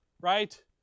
Right